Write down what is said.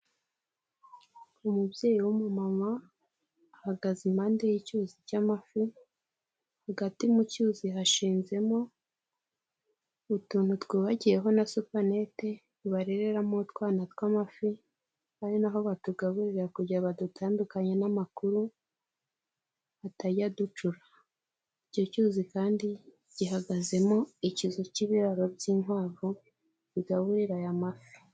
Umubyeyi w'umumama, ahagaze impande y'icyuzi cy'amafi, hagati mu cyuzi hashinzemo utuntu twubakiyeho na supanete barereramo utwana tw'amafi ari naho batugaburira kugira ngo badutandukanye n'amakuru atajya ducura. Icyo cyuzi kandi gihagazemo ikizu cy'ibiraro by'inkwavu bigaburira aya mafi.